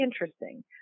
interesting